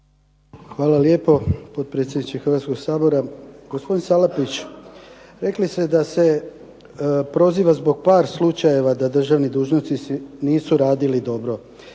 Hvala lijepo potpredsjedniče Hrvatskog sabora. Gospodine Salapić, rekli ste da se proziva zbog par slučajeva da državni dužnosnici nisu radili dobro.